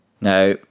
now